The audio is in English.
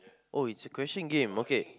oh it's a question game okay